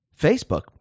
Facebook